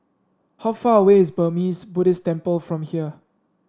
how far away is Burmese Buddhist Temple from here